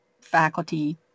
faculty